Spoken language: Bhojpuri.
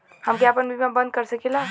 हमके आपन बीमा बन्द कर सकीला?